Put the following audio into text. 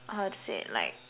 how to say like